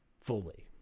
fully